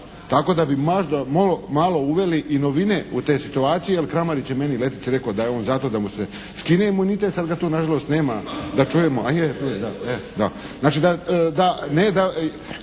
tako da bi možda malo uveli i novine u te situacije, jer Kramarić je meni i Letici rekao da je on za to da mu se skine imunitet. Sad ga tu na žalost nema da čujemo,